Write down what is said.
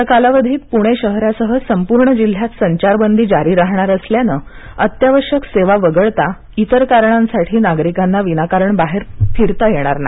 या कालावधीत पूणे शहरासह संपूर्ण जिल्ह्यात संचारबंदी जारी राहणार असल्यानं अत्यावश्यक सेवा वगळता इतर कारणांसाठी नागरिकांना विनाकारण बाहेर फिरता येणार नाही